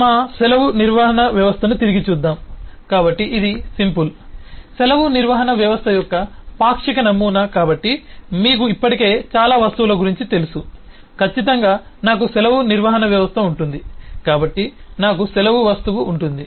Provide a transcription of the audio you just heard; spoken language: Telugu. మా సెలవు నిర్వహణ వ్యవస్థను తిరిగి చూద్దాం కాబట్టి ఇది సింపుల్ సెలవు నిర్వహణ వ్యవస్థ యొక్క పాక్షిక నమూనా కాబట్టి మీకు ఇప్పటికే చాలా వస్తువుల గురించి తెలుసు ఖచ్చితంగా నాకు సెలవు నిర్వహణ వ్యవస్థ ఉంటుంది కాబట్టి నాకు సెలవు వస్తువు ఉంటుంది